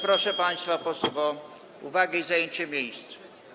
Proszę państwa posłów o uwagę i zajęcie miejsc.